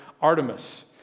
Artemis